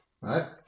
right